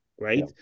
right